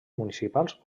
municipals